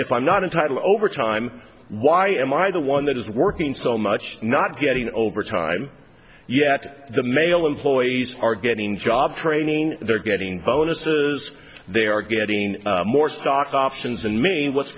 if i'm not entitled overtime why am i the one that is working so much not getting over time yet the male employees are getting job training they're getting bonuses they are getting more stock options than me what's